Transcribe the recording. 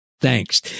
Thanks